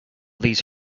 these